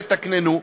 יתקננו,